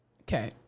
Okay